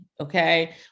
Okay